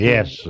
Yes